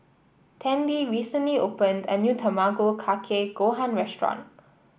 Tandy recently opened a new Tamago Kake Gohan restaurant